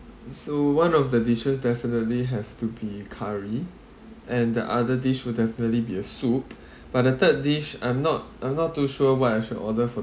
so one of the dishes definitely has to be curry and the other dish will definitely be a soup but the third dish I'm not I'm not too sure what I should order for